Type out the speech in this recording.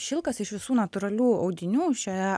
šilkas iš visų natūralių audinių šioje